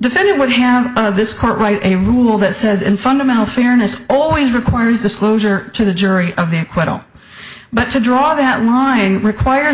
defendant would have this court right a rule that says in fundamental fairness always requires disclosure to the jury of their but to draw that line requires